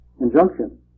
Injunction